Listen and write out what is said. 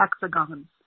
hexagons